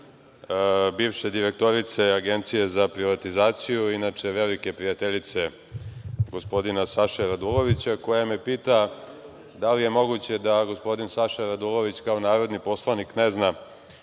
bivše direktorice Agencije za privatizaciju, inače velike prijateljice gospodina Saše Radulovića, koja me pita – da li je moguće da gospodin Saša Radulović, kao narodni poslanik, ne zna